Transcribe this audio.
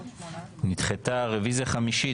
הצבעה בעד, 6 נגד, 7 נמנעים, אין לא אושר.